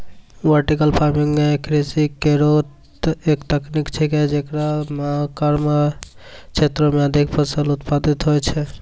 vertical farming कृषि केरो एक तकनीक छिकै, जेकरा म कम क्षेत्रो में अधिक फसल उत्पादित होय छै